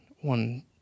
one